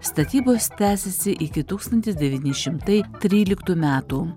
statybos tęsėsi iki tūkstantis devyni šimtai tryliktų metų